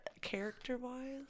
character-wise